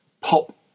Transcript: pop